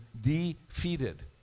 defeated